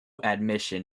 admission